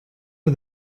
are